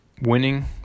Winning